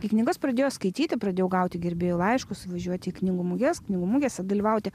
kai knygas pradėjo skaityti pradėjau gauti gerbėjų laiškus važiuoti į knygų muges knygų mugėse dalyvauti